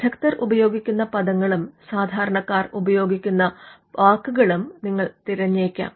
വിദഗ്ദ്ധർ ഉപയോഗിക്കുന്ന പദങ്ങളും സാധാരണക്കാർ ഉപയോഗിക്കുന്ന വാക്കുകളും നിങ്ങൾ തിരഞ്ഞേക്കാം